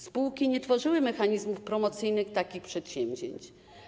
Spółki nie tworzyły mechanizmów promocyjnych takich przedsięwzięć.